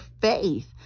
faith